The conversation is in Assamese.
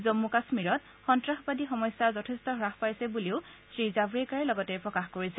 জম্ম কাশ্মীৰত সন্তাসবাদী সমস্যা যথেষ্ট হাস পাইছে বুলিও শ্ৰীজাশ্ৰেকাৰে লগতে প্ৰকাশ কৰিছে